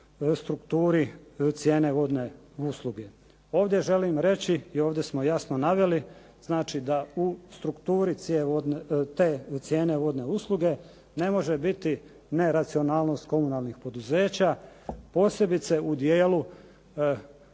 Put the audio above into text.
strukturi cijene vodne usluge. Ovdje želim reći i ovdje smo jasno naveli znači da u strukturi te cijene vodne usluge ne može biti neracionalnost komunalnih poduzeća, posebice u dijelu